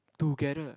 together